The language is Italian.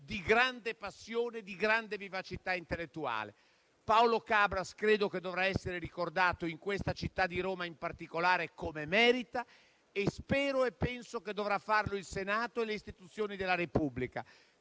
di grande passione, di grande vivacità intellettuale. Credo che Paolo Cabras dovrà essere ricordato in questa città di Roma in particolare come merita, e spero e penso che dovranno farlo il Senato e le istituzioni della Repubblica,